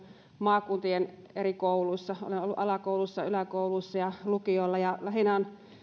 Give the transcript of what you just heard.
maakuntien eri kouluissa olen ollut alakouluissa yläkouluissa ja lukioilla ja lähinnä